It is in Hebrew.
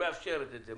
היא מאפשרת את זה.